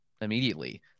immediately